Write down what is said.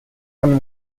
one